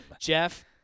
Jeff